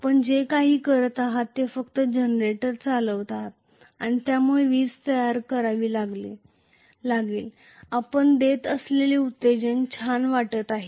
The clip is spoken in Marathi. आपण जे काही करत आहात ते फक्त जनरेटर चालवत आहात आणि यामुळे त्याला स्वतः ला वीज तयार करावी लागेल तुम्ही कुठलेही एक्साईटेशन देत नाहीत हे छान वाटत आहे